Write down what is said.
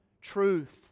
truth